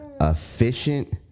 efficient